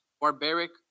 barbaric